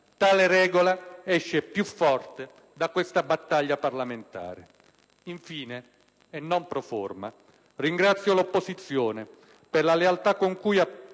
tale regola esce più forte da questa battaglia parlamentare. Infine, e non *pro forma*, ringrazio l'opposizione per la lealtà con cui ha perseguito